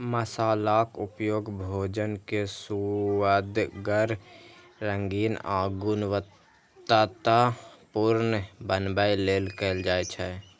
मसालाक उपयोग भोजन कें सुअदगर, रंगीन आ गुणवतत्तापूर्ण बनबै लेल कैल जाइ छै